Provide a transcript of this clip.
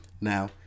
now